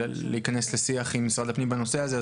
להיכנס לשיח עם משרד הפנים בנושא הזה,